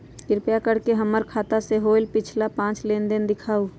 कृपा कर के हमर खाता से होयल पिछला पांच लेनदेन दिखाउ